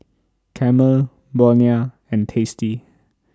Camel Bonia and tasty